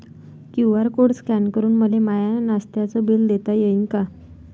QR code scan करून मले माय नास्त्याच बिल देता येईन का?